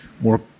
more